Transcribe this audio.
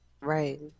Right